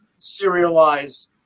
serialize